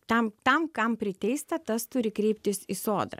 tam tam kam priteista tas turi kreiptis į sodrą